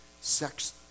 sex